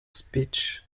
speech